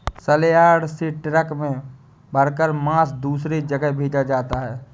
सलयार्ड से ट्रक में भरकर मांस दूसरे जगह भेजा जाता है